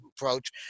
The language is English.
approach